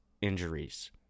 injuries